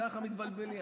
ככה מתבלבל לי.